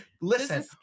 listen